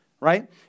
Right